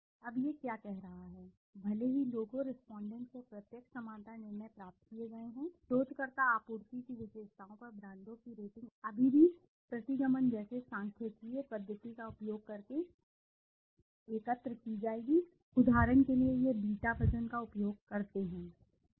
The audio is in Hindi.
अब यह क्या कह रहा है भले ही लोगों रेस्पोंडेंट्स से प्रत्यक्ष समानता निर्णय प्राप्त किए गए हों शोधकर्ता आपूर्ति की विशेषताओं पर ब्रांडों की रेटिंग अभी भी प्रतिगमन जैसे सांख्यिकीय पद्धति का उपयोग करके एकत्र की जाएगी इसलिए यह उदाहरण के लिए बीटा वजन का उपयोग करके है प्रतिगमन आप बीटा वजन का उपयोग करते हैं